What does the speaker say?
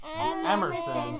Emerson